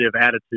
attitude